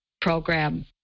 program